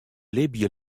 libje